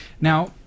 Now